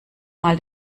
mal